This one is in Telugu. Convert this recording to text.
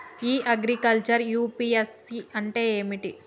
ఇ అగ్రికల్చర్ యూ.పి.ఎస్.సి అంటే ఏమిటి?